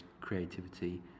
creativity